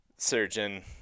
surgeon